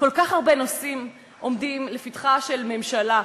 כל כך הרבה נושאים עומדים לפתחה של ממשלה.